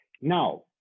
Now